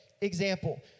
example